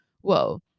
whoa